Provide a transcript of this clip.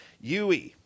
UE